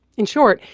in short,